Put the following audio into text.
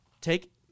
Take